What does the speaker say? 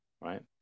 right